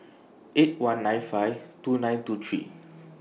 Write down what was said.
eight one nine five two nine two three